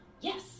Yes